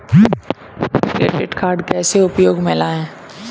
Credit card कैसे उपयोग में लाएँ?